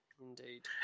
Indeed